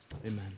amen